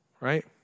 right